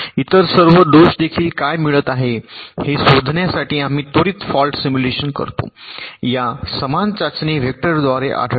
इतर सर्व दोष देखील काय मिळत आहेत हे शोधण्यासाठी आम्ही त्वरित फॉल्ट सिम्युलेशन करतो या समान चाचणी वेक्टरद्वारे आढळले